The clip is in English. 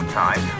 time